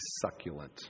succulent